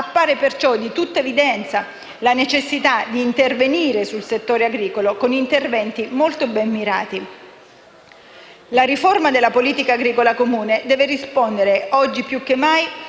appare di tutta evidenza la necessità di intervenire sul settore agricolo con interventi ben mirati. La riforma della Politica agricola comune deve rispondere, oggi più che mai,